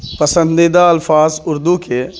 پسندیدہ الفاظ اردو کے